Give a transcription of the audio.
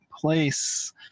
place